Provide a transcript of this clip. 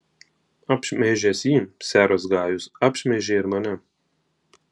apšmeižęs jį seras gajus apšmeižė ir mane